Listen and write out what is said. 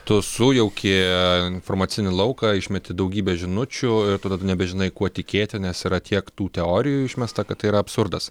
tu sujauki informacinį lauką išmeti daugybę žinučių ir tu nebežinai kuo tikėti nes yra tiek tų teorijų išmesta kad tai yra absurdas